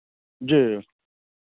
जी